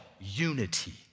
unity